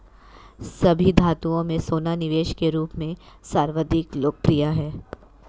सभी धातुओं में सोना निवेश के रूप में सर्वाधिक लोकप्रिय है